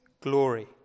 glory